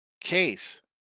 Case